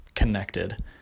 connected